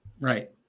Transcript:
right